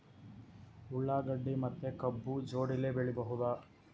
ಉಳ್ಳಾಗಡ್ಡಿ ಮತ್ತೆ ಕಬ್ಬು ಜೋಡಿಲೆ ಬೆಳಿ ಬಹುದಾ?